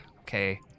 Okay